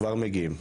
כבר מגיעים,